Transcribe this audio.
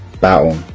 battle